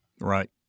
Right